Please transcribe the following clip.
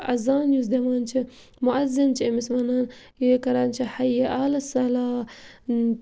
اَذان یُس دِوان چھِ مُعذِن چھِ أمِس وَنان یہِ کران چھِ حی علی صلاہ